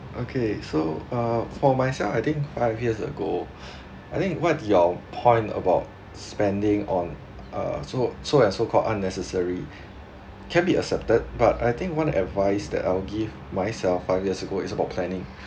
okay so uh for myself I think five years ago I think what your point about spending on uh so so and so call unnecessary can be accepted but I think one advice that I would give myself five years ago is about planning